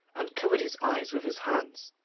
and covered his eyes with his hands.